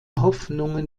hoffnungen